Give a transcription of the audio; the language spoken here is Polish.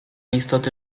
istoty